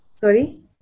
Sorry